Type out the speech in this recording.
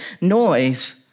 noise